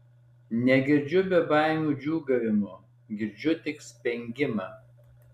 negirdžiu bebaimių džiūgavimo girdžiu tik spengimą